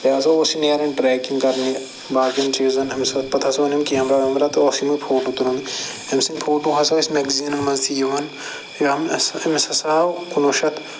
بیٚیہِ ہَسا اوس یہِ نیران ٹرٛیکِنٛگ کَرنہِ باقیَن چیٖزَن أمِس ٲس پَتہ کیمرہ ویمرہ تہٕ اوس یِمَن یہِ فوٹو تُلان أمۍ سٕنٛدۍ فوٹو ہَسا ٲسۍ میٚگزیٖنَن مَنٛز تہِ یِوان أمِس ہَسا آو کُنوُہ شتھ